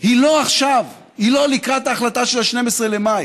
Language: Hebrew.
היא לא עכשיו, היא לא לקראת ההחלטה של 12 במאי.